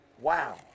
Wow